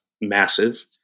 massive